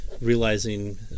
realizing